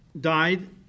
died